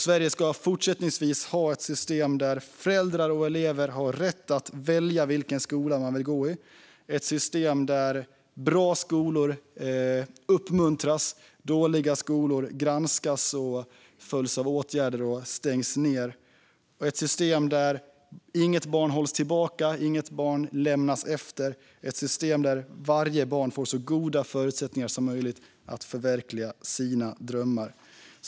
Sverige ska även fortsättningsvis ha ett skolsystem där föräldrar och elever har rätt att välja vilken skola man ska gå i, ett system där bra skolor uppmuntras och dåliga skolor granskas, åtgärdas och stängs ned, ett system där inget barn hålls tillbaka eller lämnas efter och ett system där varje barn får så goda förutsättningar som möjligt att förverkliga sina drömmar.